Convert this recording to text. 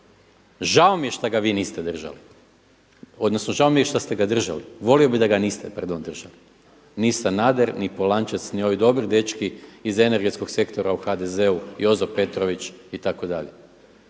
Žao mi je što ga vi niste držali, odnosno žao mi je šta ste ga držali. Volio bih da ga niste, pardon držali ni Sanader, ni Polančec, ni ovi dobri dečki iz energetskog sektora u HDZ-u, Jozo Petrović itd.